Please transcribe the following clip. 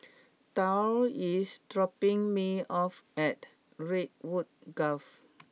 Dorr is dropping me off at Redwood Grove